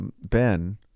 Ben